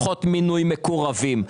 פחות מינוי מקורבים,